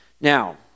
Now